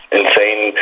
insane